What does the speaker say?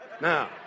Now